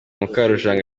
mukarujanga